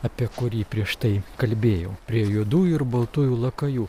apie kurį prieš tai kalbėjau prie juodųjų ir baltųjų lakajų